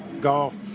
golf